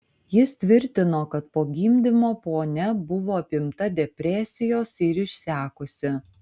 jis tvirtino kad po gimdymo ponia buvo apimta depresijos ir išsekusi